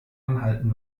anhalten